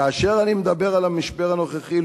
כאשר אני מדבר על המשבר הנוכחי,